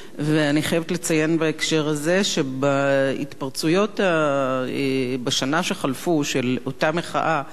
אני חייבת לציין בהקשר הזה שבהתפרצויות שבשנה שחלפה של אותה מחאה של